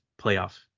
playoff